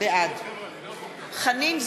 בעד חנין זועבי,